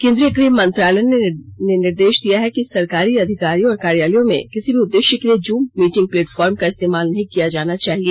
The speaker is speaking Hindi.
केंद्रीय गृह मंत्रालय ने निर्देश दिया है कि सरकारी अधिकारियों और कार्यालयों में किसी भी उद्देश्य के लिए जूम मीटिंग प्लेटफॉर्म का इस्तेमाल नहीं किया जाना चाहिए